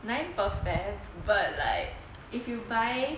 nine per pair but like if you buy